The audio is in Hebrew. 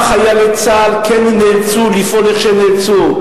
חיילי צה"ל כן נאלצו לפעול כמו שהם נאלצו.